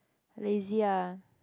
lazy lah